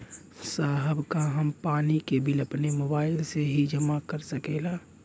साहब का हम पानी के बिल अपने मोबाइल से ही जमा कर सकेला?